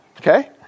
Okay